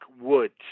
Woods